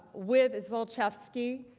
with zlochevsky,